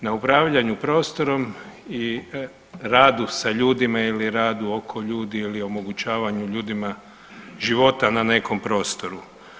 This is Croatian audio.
Na upravljanju prostorom i radu sa ljudima ili radu oko ljudi ili omogućavanju ljudima života na nekom prostoru.